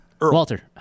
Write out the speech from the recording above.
Walter